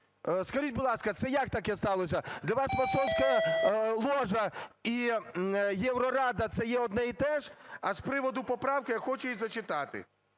Скажіть, будь ласка, це як таке сталося, для вас масонская ложа і Єврорада – це є одне і теж? А з приводу поправки я хочу її зачитати.